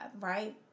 Right